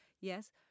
yes